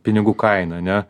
pinigų kainą ane